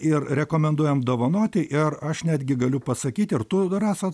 ir rekomenduojam dovanoti ir aš netgi galiu pasakyti ir tu rasa